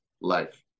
life